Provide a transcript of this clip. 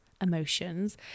emotions